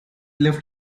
left